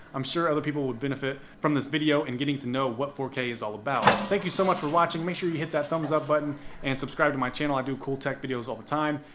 i'm sure other people would benefit from this video in getting to know what four k is all about. thank you so much for watching. make sure you hit that thumbs-up button and subscribe to my channel. i do cool tech videos all the time.